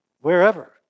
Wherever